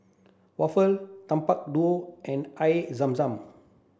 Waffle Tapak Kuda and Air Zam Zam